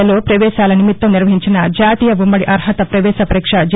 లలో ప్రవేశాల నిమిత్తం నిర్వహించిన జాతీయ ఉమ్మడి అర్హత ప్రవేశ పరీక్షలు జె